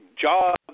Jobs